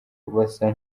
basa